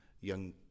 young